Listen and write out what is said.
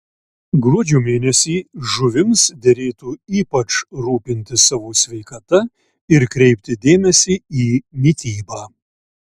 gruožio mėnesį žuvims derėtų ypač rūpintis savo sveikata ir kreipti dėmesį į mitybą